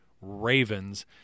Ravens